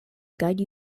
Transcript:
guide